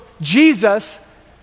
Jesus